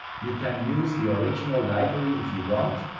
you can use the original library if you want,